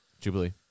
Jubilee